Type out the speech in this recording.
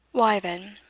why, then,